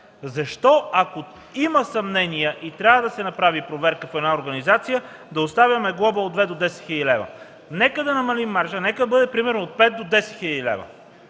Защо, ако има съмнения и трябва да се направи проверка в една организация, да оставяме глоба от 2000 до 10 000 лв.? Нека да намалим маржа, нека да бъде примерно от 5000 до 10 000 лв.,